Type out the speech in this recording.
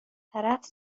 طرف